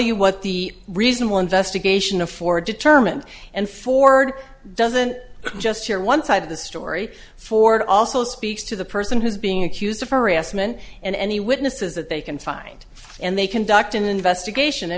you what the reasonable investigation of four determined and ford doesn't just share one side of the story ford also speaks to the person who's being accused of harassment and any witnesses that they can find and they conduct an investigation